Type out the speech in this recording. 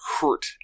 hurt